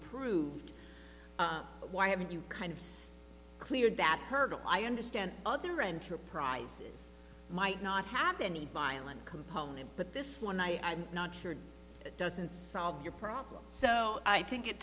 proved why haven't you kind of cleared that hurdle i understand other enterprises might not have any violent component but this one i not sure it doesn't solve your problem so i think it